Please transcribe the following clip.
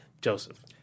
Joseph